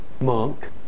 Monk